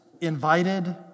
invited